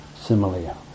simile